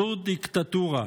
זו דיקטטורה,